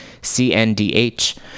CNDH